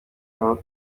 aho